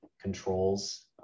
controls